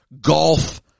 golf